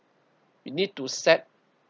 we need to set